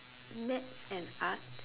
maths and art